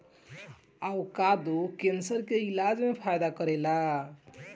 avocado cancer के इलाज में फायदा करेला